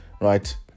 right